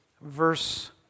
verse